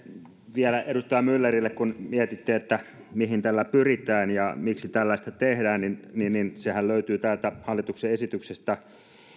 vielä edustaja myllerille kun mietitte mihin tällä pyritään ja miksi tällaista tehdään sehän löytyy täältä hallituksen esityksestä